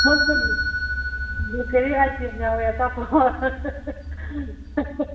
bakery item ꯌꯥꯎꯋꯦ ꯑꯆꯥꯄꯣꯠ